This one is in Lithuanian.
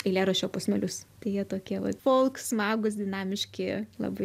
eilėraščio posmelius tai jie tokie va folk smagūs dinamiški labai